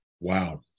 Wow